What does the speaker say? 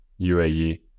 UAE